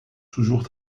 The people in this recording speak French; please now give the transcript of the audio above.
toujours